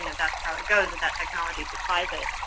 you know that's how it goes, that technology supplies it.